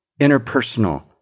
interpersonal